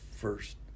first